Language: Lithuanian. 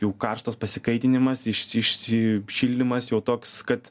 jau karštas pasikaitinimas išsi išsišildymas jau toks kad